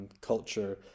culture